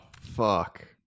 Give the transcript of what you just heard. fuck